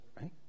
right